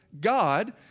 God